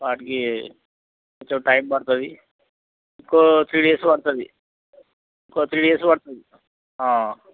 వాటికి కొంచెం టైం పడుతుంది ఇంకో త్రీ డేస్ పడుతుంది ఇంకో త్రీ డేస్ పడుతుంది